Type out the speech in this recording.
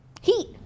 Heat